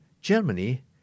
Germany